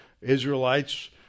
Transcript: Israelites